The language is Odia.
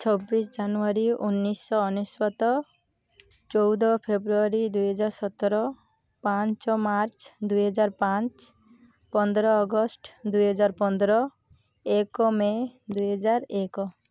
ଛବିଶି ଜାନୁଆରୀ ଉଣେଇଶି ଶହ ଅନେଶତ ଚଉଦ ଫେବୃଆରୀ ଦୁଇ ହଜାର ସତର ପାଞ୍ଚ ମାର୍ଚ୍ଚ ଦୁଇ ହଜାର ପାଞ୍ଚ ପନ୍ଦର ଅଗଷ୍ଟ ଦୁଇ ହଜାର ପନ୍ଦର ଏକ ମେ ଦୁଇ ହଜାର ଏକ